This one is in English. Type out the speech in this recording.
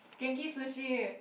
Genki-Sushi